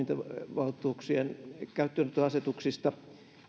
toimintavaltuuksien käyttöönottoasetuksista